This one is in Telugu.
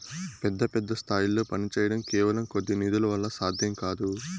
పెద్ద పెద్ద స్థాయిల్లో పనిచేయడం కేవలం కొద్ది నిధుల వల్ల సాధ్యం కాదు